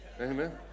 amen